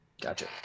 Gotcha